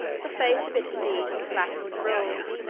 the face of it indeed was flat and broad,